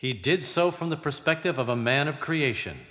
he did so from the perspective of a man of creation